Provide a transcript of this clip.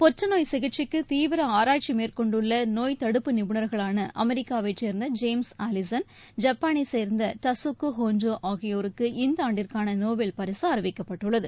புற்றுநோய் சிகிச்சைக்கு தீவிர ஆராய்ச்சி மேற்கொண்டுள்ள நோய்தடுப்பு நிபுணர்களான அமெரிக்காவை சேர்ந்த ஜேம்ஸ் அலிசன் ஜப்பானை சேர்ந்த டாசுக்கு ஹோஞ்சோ ஆகியோருக்கு இந்த ஆண்டிற்கான நோபல் பரிசு அறிவிக்கப்பட்டுள்ளது